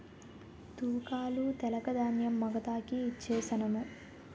తూకాలు తెలక ధాన్యం మగతాకి ఇచ్ఛేససము